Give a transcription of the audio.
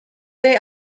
they